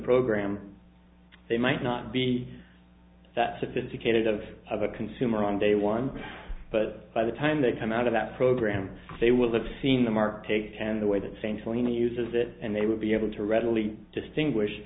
program they might not be that sophisticated of of a consumer on day one but by the time they come out of that program they will have seen the market take the way that same saline uses it and they would be able to readily distinguish